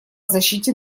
защите